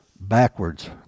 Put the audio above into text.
backwards